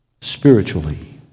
spiritually